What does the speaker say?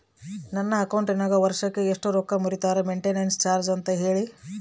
ನನ್ನ ಅಕೌಂಟಿನಾಗ ವರ್ಷಕ್ಕ ಎಷ್ಟು ರೊಕ್ಕ ಮುರಿತಾರ ಮೆಂಟೇನೆನ್ಸ್ ಚಾರ್ಜ್ ಅಂತ ಹೇಳಿ?